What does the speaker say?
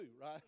right